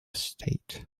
state